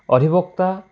অধিবক্তা